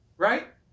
Right